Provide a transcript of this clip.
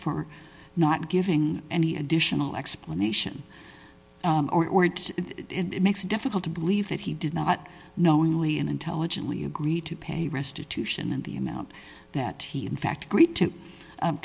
for not giving any additional explanation or it makes it difficult to believe that he did not knowingly and intelligently agree to pay restitution and the amount that he in fact great to